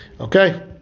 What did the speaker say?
Okay